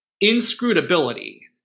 inscrutability